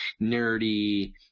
nerdy